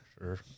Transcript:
Sure